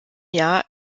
jahr